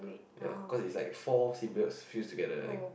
ya cause it is like four symbiotes fused together I think